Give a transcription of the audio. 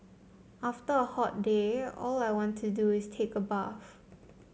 after a hot day all I want to do is take a bath